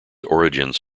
origins